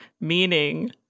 Meaning